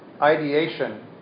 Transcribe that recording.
ideation